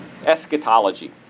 Eschatology